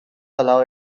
allow